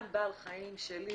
גם בעל החיים שלי,